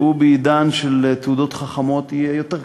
שבעידן של תעודות זהות חכמות יהיה יותר קל.